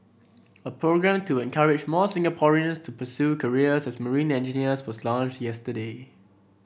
a programme to encourage more Singaporeans to pursue careers as marine engineers was launched yesterday